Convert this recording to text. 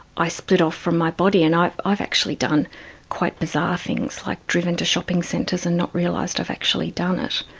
i split off from my body. and i've i've actually done quite bizarre things like driven to shopping centres and not realised i've actually done it.